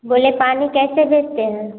बोले पानी कैसे देते हैं